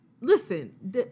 Listen